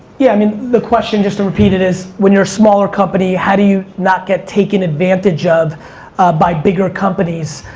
yeah, i mean, the question, just to repeat it, is, when you're a smaller company, how do you not get taken advantage of by bigger companies?